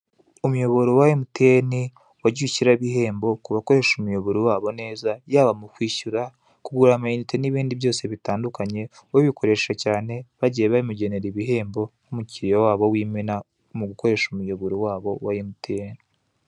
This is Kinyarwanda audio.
Umuyoboro wa emutiyeni wagiye ushyiraho ibihembo ku bakoresha umuyoboro wabo neza yaba mu kwishyura, kugura amayinite n'ibindi byose bitandukanye uyikoresha cyane bagiye bamugenera ibihembo nk'umukiriya w'imena mu gukoresha umuyoboro wabo wa emutiyeni.